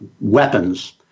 weapons